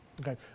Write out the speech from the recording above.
Okay